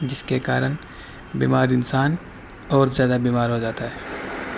جس کے کارن بیمار انسان اور زیادہ بیمار ہو جاتا ہے